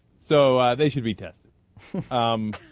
so ah. they should be tested um.